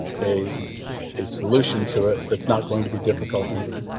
a a solution to it that's not going to be difficult either,